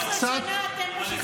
15 שנה אתם בשלטון, לא אנחנו.